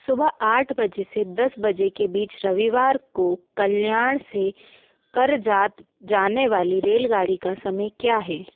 सुबह आठ बजे से दस बजे के बीच रविवार को कल्याण से करजात जाने वाली रेलगाड़ी का समय क्या है